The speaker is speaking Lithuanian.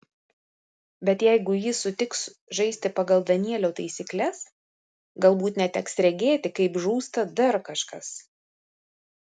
bet jeigu ji sutiks žaisti pagal danielio taisykles galbūt neteks regėti kaip žūsta dar kažkas